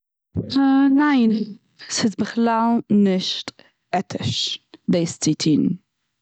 אה, ניין ס'איז בכלל נישט עטיש דאס צו טון.